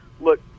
Look